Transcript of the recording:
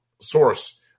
source